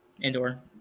Indoor